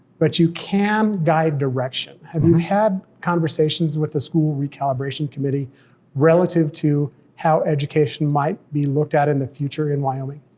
but you can guide direction. have you had conversations with the school re-calibration committee relative to how education might be looked at in the future in wyoming?